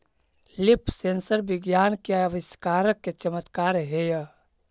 leaf sensor विज्ञान के आविष्कार के चमत्कार हेयऽ